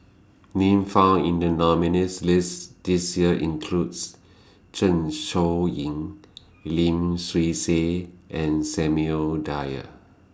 Names found in The nominees' list This Year includes Zeng Shouyin Lim Swee Say and Samuel Dyer